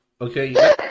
Okay